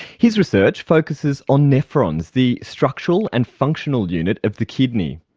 his research focuses on nephrons, the structural and functional unit of the kidney.